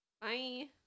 Bye